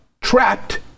trapped